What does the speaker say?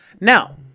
now